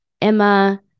Emma